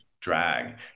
drag